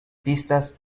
pistas